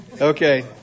Okay